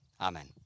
Amen